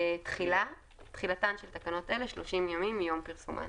תחילה תחילתן של תקנות אלה 30 ימים מיום פרסומן.